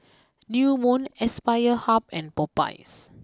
new Moon Aspire Hub and Popeyes